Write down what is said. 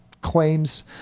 claims